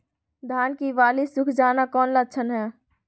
धान की बाली सुख जाना कौन लक्षण हैं?